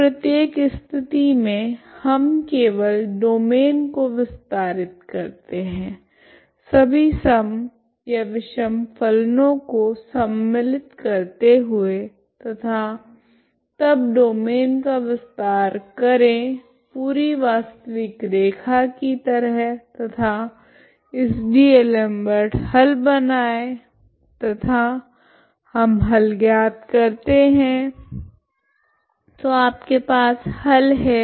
तो प्रत्येक स्थिति मे हम केवल डोमैन को विस्तारित करते है सभी सम या विषम फलनों को सम्मिलित करते हुए तथा तब डोमैन का विस्तार करे पूरी वास्तविक रेखा की तरह तथा इस डी'एलमबर्ट हल बनाए तथा हम हल ज्ञात करते है तो आपके पास हल है